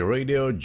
Radio